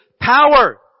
power